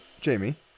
Jamie